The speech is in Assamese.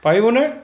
পাৰিবনে